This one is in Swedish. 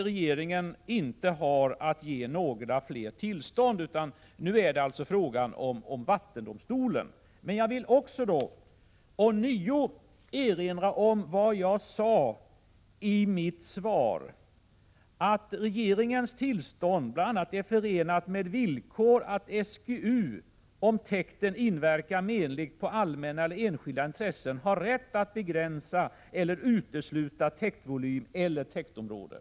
Regeringen skall alltså inte ge några fler tillstånd, utan nu är det fråga om vattendomstolen. Jag vill vidare erinra om vad jag sade i mitt svar, nämligen att ”regeringens tillstånd bl.a. är förenat med villkor att SGU, om täkten inverkar menligt på allmänna eller enskilda intressen, har rätt att begränsa eller utesluta täktvolym eller täktområde”.